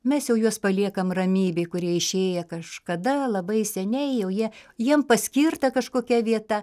mes jau juos paliekam ramybėj kurie išėję kažkada labai seniai jau jie jiem paskirta kažkokia vieta